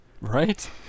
Right